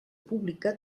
pública